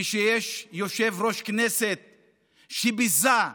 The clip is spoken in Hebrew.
ושיש יושב-ראש כנסת שביזה,